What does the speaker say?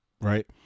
Right